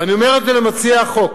ואני אומר את זה למציע החוק.